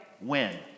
win